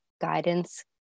guidance